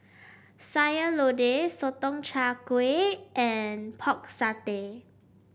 Sayur Lodeh Sotong Char Kway and Pork Satay